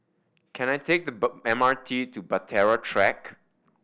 can I take the bur M R T to Bahtera Track